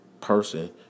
person